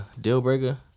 deal-breaker